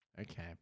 okay